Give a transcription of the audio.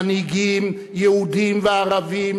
מנהיגים יהודים וערבים,